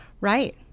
Right